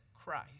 Christ